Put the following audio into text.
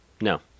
No